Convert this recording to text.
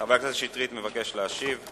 חבר הכנסת שטרית מבקש להשיב.